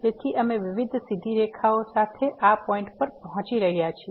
તેથી અમે વિવિધ સીધી રેખાઓ સાથે આ પોઈન્ટ પર પહોંચી રહ્યા છીએ